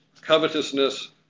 covetousness